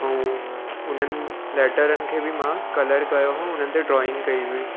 ऐं उन्हनि लैटरनि खे बि मां कलर कयो हुयो हुननि ते ड्राईंग कई हुई